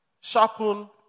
sharpen